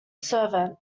servant